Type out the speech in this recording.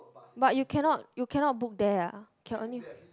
but you cannot you cannot book there ah can only